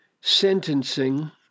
sentencing